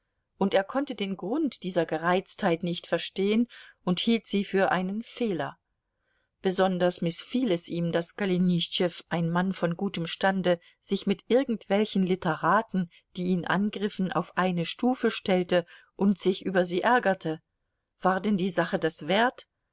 und er konnte den grund dieser gereiztheit nicht verstehen und hielt sie für einen fehler besonders mißfiel es ihm daß golenischtschew ein mann von gutem stande sich mit irgendwelchen literaten die ihn angriffen auf eine stufe stellte und sich über sie ärgerte war denn die sache das wert